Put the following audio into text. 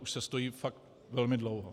Už se stojí fakt velmi dlouho.